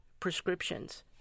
prescriptions